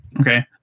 Okay